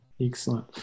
excellent